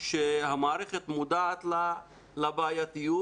שהמערכת מודעת לבעייתיות,